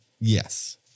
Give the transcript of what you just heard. yes